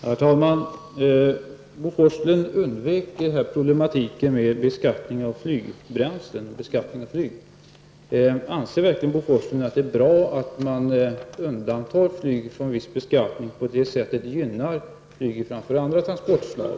Herr talman! Bo Forslund undvek frågan om beskattningen av flygbränsle. Anser verkligen Bo Forslund att det är bra att flyget undantas från viss beskattning och på det sättet gynnas framför andra transportslag?